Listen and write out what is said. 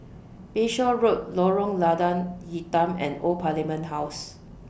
Bayshore Road Lorong Lada Hitam and Old Parliament House